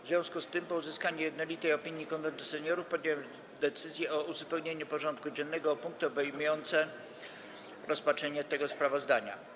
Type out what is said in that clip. W związku z tym, po uzyskaniu jednolitej opinii Konwentu Seniorów, podjąłem decyzję o uzupełnieniu porządku dziennego o punkt obejmujący rozpatrzenie tego sprawozdania.